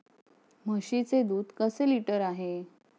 म्हशीचे दूध कसे लिटर आहे?